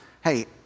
hey